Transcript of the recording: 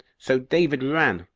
so david ran,